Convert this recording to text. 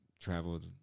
traveled